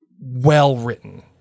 well-written